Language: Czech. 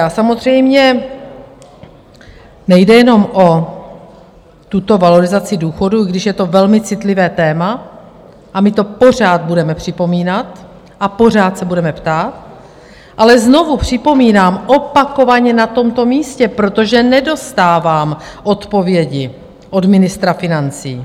A samozřejmě nejde jenom o tuto valorizaci důchodů, i když je to velmi citlivé téma a my to pořád budeme připomínat a pořád se budeme ptát ale znovu připomínám opakovaně na tomto místě, protože nedostávám odpovědi od ministra financí.